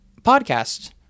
podcast